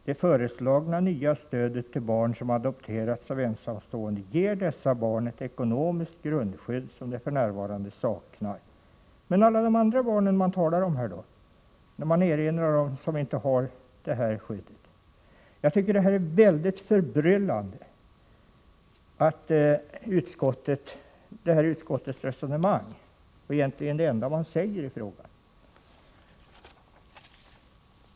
Det föreslagna nya stödet till barn som adopterats av ensamstående ger dessa barn ett ekonomiskt grundskydd som de f.n. saknar.” Men hur går det för alla de andra barnen som man talar om och som inte har detta skydd? Jag tycker att utskottets resonemang är väldigt förbryllande.